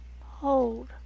Hold